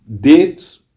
dates